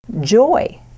joy